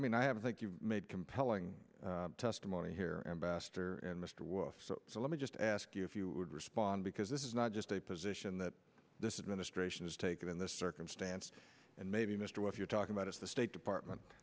mean i have to think you've made compelling testimony here ambassador and mr wolf so let me just ask you if you would respond because this is not just a position that this administration is taking in this circumstance and maybe mr what you're talking about is the state department